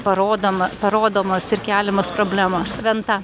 parodoma parodomas ir keliamos problemos venta